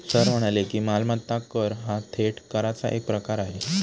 sir म्हणाले की, मालमत्ता कर हा थेट कराचा एक प्रकार आहे